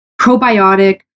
probiotic